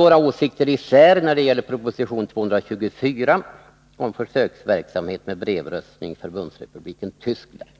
Våra åsikter går emellertid isär när det gäller proposition 224 om försöksverksamhet med brevröstning i Förbundsrepubliken Tyskland.